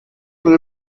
une